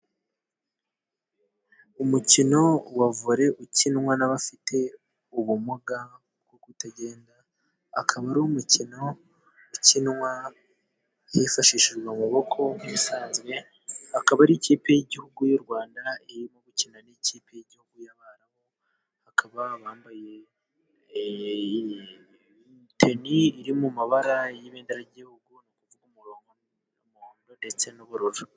Umukino wa vole ukinwa n'abafite ubumuga bwo kutagenda. Akaba ari umukino ukinwa hifashishijwe amaboko nk'ibisanzwe akaba ari ikipe y'igihugu y'u Rwanda irimo gukina n'ikipe y'igihugu y'abarabu bakaba bambaye teni iri mu mabara y'ibedera ry'igihugu n'umurongo w'umuhondo ndetse n'ubururu.